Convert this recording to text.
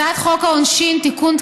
הצעת חוק העונשין (תיקון,